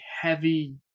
heavy